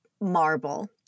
marble